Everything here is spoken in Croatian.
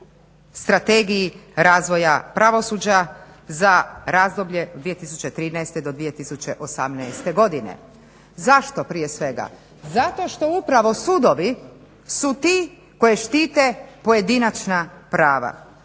Strategiji razvoja pravosuđa za razdoblje 2013. do 2018. godine. Zašto prije svega? Zato što upravo sudovi su ti koje štite pojedinačna prava.